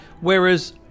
whereas